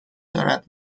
دارد